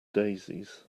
daisies